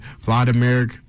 Vladimir